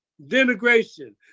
denigration